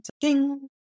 ding